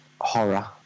horror